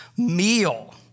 meal